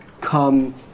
come